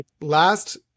Last